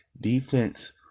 Defense